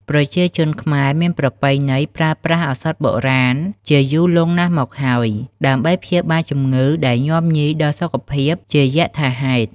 ប្រជាជនខ្មែរមានប្រពៃណីប្រើប្រាស់ឱសថបុរាណជាយូរលង់ណាស់មកហើយ ដើម្បីព្យាបាលជំងឺដែលញាំញីដល់សុខភាពជាយថាហេតុ។